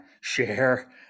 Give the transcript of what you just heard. share